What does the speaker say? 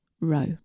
row